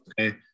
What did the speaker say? okay